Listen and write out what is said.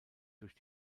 durch